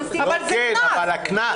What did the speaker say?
אבל זה קנס.